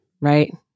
right